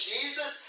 Jesus